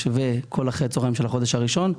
וכל אחרי הצוהריים של החודש הראשון.